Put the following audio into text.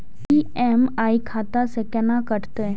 EMI खाता से केना कटते?